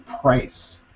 price